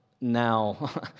now